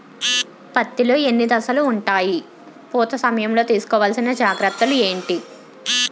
పత్తి లో ఎన్ని దశలు ఉంటాయి? పూత సమయం లో తీసుకోవల్సిన జాగ్రత్తలు ఏంటి?